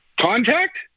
Contact